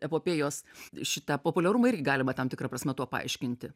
epopėjos šitą populiarumą irgi galima tam tikra prasme tuo paaiškinti